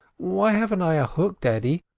why haven't i a hook, daddy?